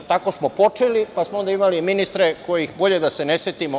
Tako smo počeli, pa smo onda imali ministre kojih bolje da se ne setimo.